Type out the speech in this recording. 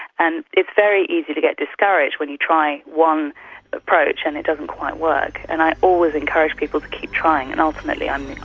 and it's very easy to get discouraged when you try one approach and it doesn't quite work, and i always encourage people to keep trying, and ultimately i'm